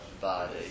body